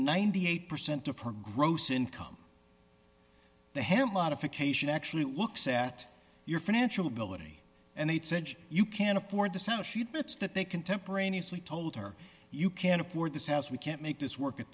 ninety eight percent of her gross income the hemp modification actually looks at your financial ability and it's edge you can't afford to sow she admits that they contemporaneously told her you can't afford this house we can't make this work at